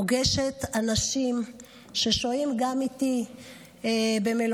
גם פוגשת אנשים ששוהים איתי במלונות.